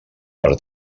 per